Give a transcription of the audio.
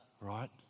Right